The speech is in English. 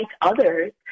others